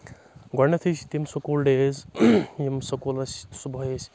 گۄڈنؠتھٕے چھِ تِم سکوٗل ڈیز یِم سکوٗل أسۍ صُبحٲے ٲسۍ